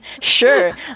Sure